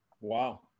Wow